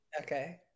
okay